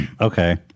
okay